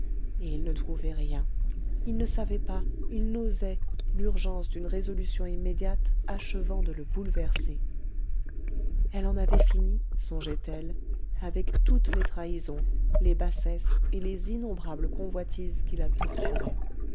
et il ne trouvait rien il ne savait pas il n'osait l'urgence d'une résolution immédiate achevant de le bouleverser elle en avait fini songeait-elle avec toutes les trahisons les bassesses et les innombrables convoitises qui la torturaient